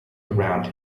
around